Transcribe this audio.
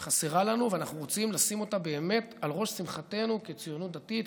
חסרה לנו ואנחנו רוצים לשים אותה באמת על ראש שמחתנו כציונות דתית,